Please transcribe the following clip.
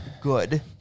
good